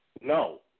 No